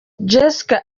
jessica